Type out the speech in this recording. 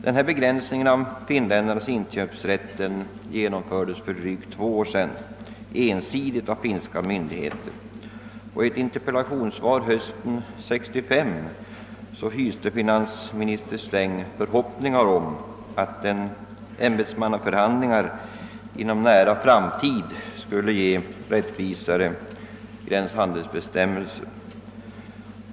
Denna begränsning av finländarnas inköpsrätt genomfördes för drygt två år sedan ensidigt av finska myndigheter. Av ett interpellationssvar hösten 1965 framgick att finansminister Sträng hyste förhoppningar om att ämbetsmannaförhandlingar inom en nära framtid skulle leda till rättvisare gränshandelsbestämmelser.